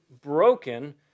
broken